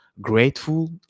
grateful